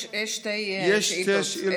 יש שתי שאילתות.